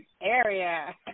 Area